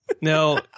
No